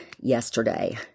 yesterday